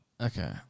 Okay